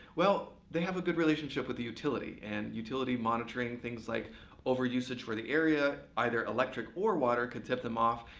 well, they have a good relationship with the utility, and utility monitoring things like over-usage for the area, either electric or water, could tip them off.